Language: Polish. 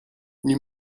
nie